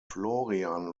florian